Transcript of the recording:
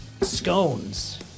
Scones